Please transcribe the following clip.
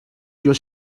your